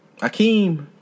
Akeem